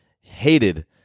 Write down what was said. hated